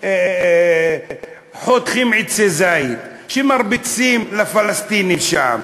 שחותכים עצי זית, שמרביצים לפלסטינים שם.